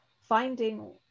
finding